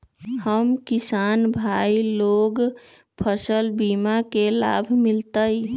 हम किसान भाई लोग फसल बीमा के लाभ मिलतई?